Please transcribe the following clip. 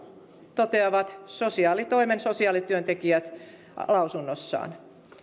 toteaa sosiaalitoimen sosiaalityöntekijät lausunnossaan